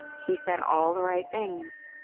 he said all the right things.